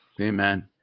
amen